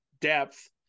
depth